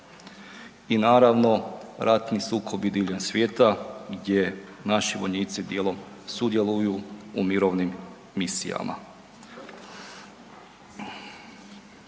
i naravno ratni sukobi diljem svijeta gdje naši vojnici dijelom sudjeluju u Mirovnim misijama.